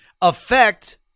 affect